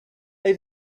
they